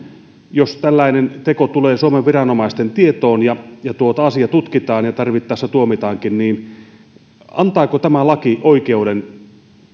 jos tällainen teko tulee suomen viranomaisten tietoon ja ja asia tutkitaan ja tarvittaessa siitä tuomitaankin niin antaako tämä laki oikeuden